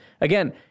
again